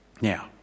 Now